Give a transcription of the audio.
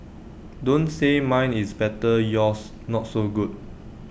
don't say mine is better yours not so good